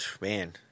man